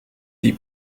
die